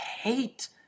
hate